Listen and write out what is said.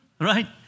right